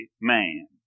man